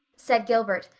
said gilbert,